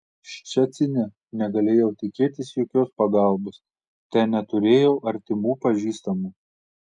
ščecine negalėjau tikėtis jokios pagalbos ten neturėjau artimų pažįstamų